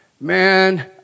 Man